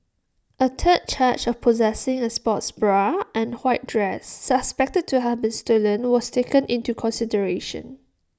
A third charge of possessing A sports bra and white dress suspected to have been stolen was taken into consideration